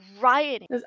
rioting